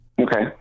Okay